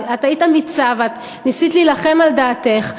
את היית אמיצה ואת ניסית להילחם על דעתך.